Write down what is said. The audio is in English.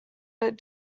but